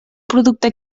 producte